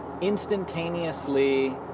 instantaneously